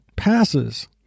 passes